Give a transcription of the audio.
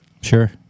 Sure